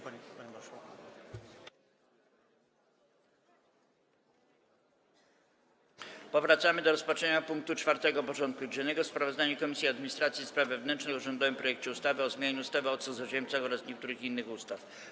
Powracamy do rozpatrzenia punktu 4. porządku dziennego: Sprawozdanie Komisji Administracji i Spraw Wewnętrznych o rządowym projekcie ustawy o zmianie ustawy o cudzoziemcach oraz niektórych innych ustaw.